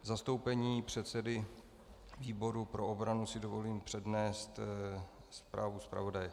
V zastoupení předsedy výboru pro obranu si dovolím přednést zprávu zpravodaje.